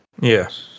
Yes